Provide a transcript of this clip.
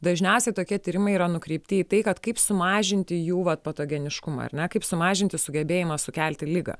dažniausiai tokie tyrimai yra nukreipti į tai kad kaip sumažinti jų vat patogeniškumą ar ne kaip sumažinti sugebėjimą sukelti ligą